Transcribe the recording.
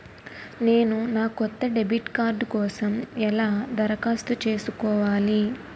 నేను నా కొత్త డెబిట్ కార్డ్ కోసం ఎలా దరఖాస్తు చేసుకోవాలి?